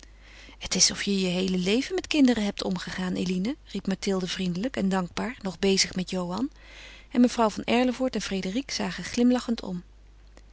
het is of je je heele leven met kinderen hebt omgegaan eline riep mathilde vriendelijk en dankbaar nog bezig met johan en mevrouw van erlevoort en frédérique zagen glimlachend om